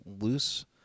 loose